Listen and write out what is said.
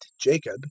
jacob